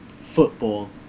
Football